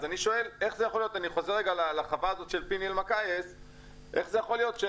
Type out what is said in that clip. אז אני חוזר לחווה של פיני אלמקייס ושואל איך זה יכול להיות.